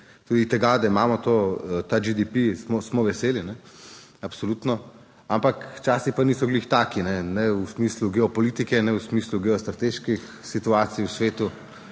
tudi tega, da imamo to, ta GDP, smo veseli, absolutno, ampak časi pa niso glih taki, ne v smislu geopolitike, ne v smislu geostrateških situacij v svetu,